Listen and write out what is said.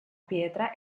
pietra